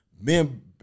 men